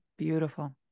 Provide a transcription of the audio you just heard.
beautiful